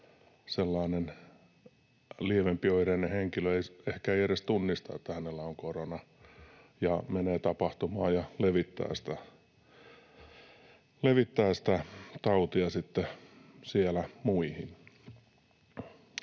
sellainen lievempioireinen henkilö ei ehkä edes tunnista, että hänellä on korona ja menee tapahtumaan ja levittää sitä tautia